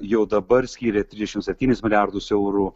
jau dabar skyrė trisdešimt septynis milijardus eurų